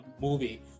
movie